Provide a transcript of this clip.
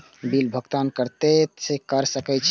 Bill भुगतान केते से कर सके छी?